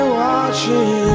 watching